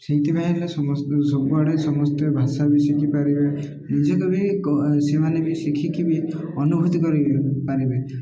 ସେଇଥିପାଇଁ ହେଲେ ସମ ସବୁଆଡ଼େ ସମସ୍ତେ ଭାଷା ବି ଶିଖିପାରିବେ ନିଜକୁ ବି ସେମାନେ ବି ଶିଖିକି ବି ଅନୁଭୂତି କରି ପାରିବେ